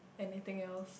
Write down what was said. anything else